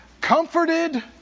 comforted